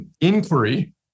Inquiry